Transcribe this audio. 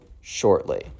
shortly